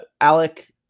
Alec